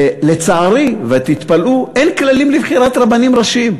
ולצערי תתפלאו, אין כללים לבחירת רבנים ראשיים.